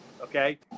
Okay